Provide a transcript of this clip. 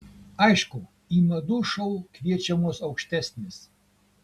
aišku į madų šou kviečiamos aukštesnės